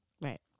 Right